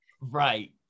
right